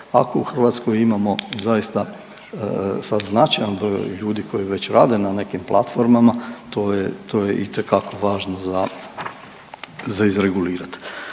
ako u Hrvatskoj imamo zaista sad značajan broj ljudi koji već rade na nekim platformama to je itekako važno za izregulirati.